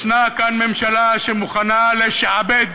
יש כאן ממשלה שמוכנה לשעבד